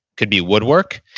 could be woodwork.